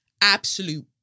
Absolute